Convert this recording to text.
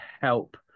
help